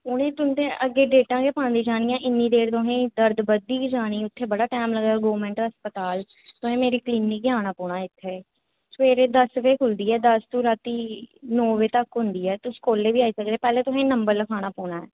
उनें तुंदे अग्गें डेटां गे पांदे जानियां इन्नी देर तुहें गी दर्द बधदी गै जानी उत्थे बड़ा टाइम लगदा गौरमेंट हस्पताल तुहें मेरी क्लिनिक गै आना पौना इत्थें सबेरे दस बजे खुलदी ऐ दस तू रातीं नौ बजे तक होंदी ऐ तुस कोल्लै बी आई सकदे ओ पैह्लें तुसेंगी नंबर लखना पौना ऐ